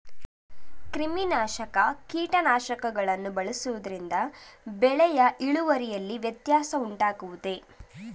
ಕ್ರಿಮಿನಾಶಕ ಕೀಟನಾಶಕಗಳನ್ನು ಬಳಸುವುದರಿಂದ ಬೆಳೆಯ ಇಳುವರಿಯಲ್ಲಿ ವ್ಯತ್ಯಾಸ ಉಂಟಾಗುವುದೇ?